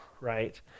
right